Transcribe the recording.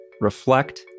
reflect